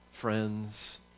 Friends